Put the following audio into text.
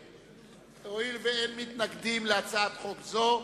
הואיל ואין מתנגדים להצעת חוק זו,